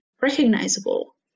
recognizable